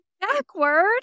backward